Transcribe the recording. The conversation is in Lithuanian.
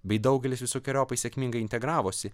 bei daugelis visokeriopai sėkmingai integravosi